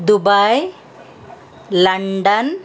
Dubai London